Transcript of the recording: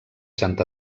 sant